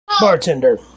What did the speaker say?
Bartender